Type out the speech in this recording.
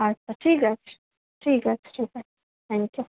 আটটা ঠিক আছে ঠিক আছে ঠিক আছে থ্যাংক ইউ